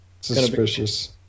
suspicious